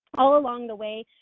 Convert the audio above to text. all along the way,